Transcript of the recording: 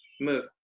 Move